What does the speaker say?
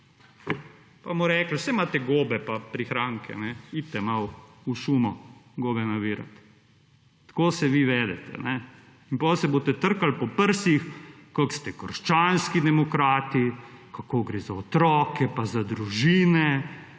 pa bomo rekli saj imate gobe pa prihranke idite malo u šumo gobe naribati. Tako se vi vedete in potem se boste trkali po prsih kako ste krščanski demokrati, kako gre za otroke pa za družine